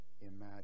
imagine